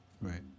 Right